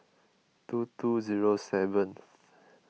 two two zero seventh